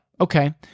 okay